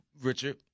Richard